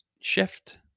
shift